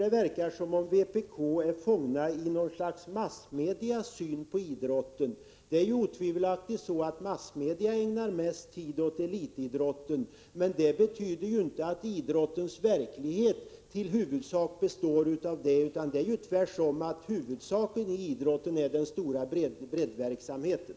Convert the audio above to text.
Det verkar som om vpk är fånget i massmedias syn på idrotten. Massmedia ägnar otivelaktigt mest tid åt elitidrotten, men det betyder inte att idrottens verklighet huvudsakligen består av elitidrott — tvärtom! Huvuddelen av idrotten är den stora breddverksamheten.